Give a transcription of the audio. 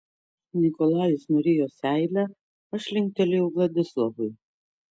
nikolajus nurijo seilę aš linktelėjau vladislovui